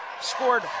scored